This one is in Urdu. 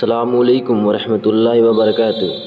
السلام علیکم ورحمتہ اللہ وبرکات